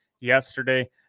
yesterday